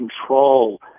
control